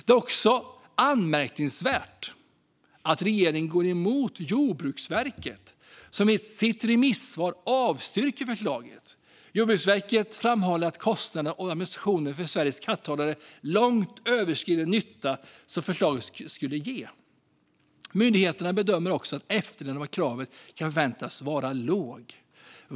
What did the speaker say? Det är också anmärkningsvärt att regeringen går emot Jordbruksverket, som i sitt remissvar avstyrker förslaget. Jordbruksverket framhåller att kostnaderna och administrationen för Sveriges katthållare långt överskrider den nytta som förslaget skulle ge. Myndigheterna bedömer också att efterlevnaden av kravet kan förväntas bli låg.